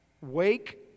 wake